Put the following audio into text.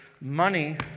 money